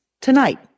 Tonight